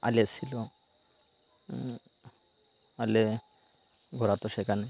আলেয়া ছিল আলেয়া ঘোরাত সেখানে